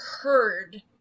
heard